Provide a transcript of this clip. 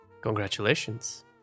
Congratulations